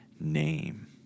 name